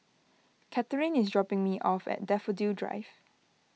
Katherine is dropping me off at Daffodil Drive